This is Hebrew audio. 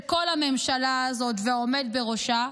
של כל הממשלה הזאת והעומד בראשה.